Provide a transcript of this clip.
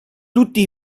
tutti